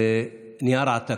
נייר העתקה.